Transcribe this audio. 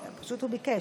פשוט הוא ביקש.